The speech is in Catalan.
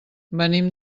venim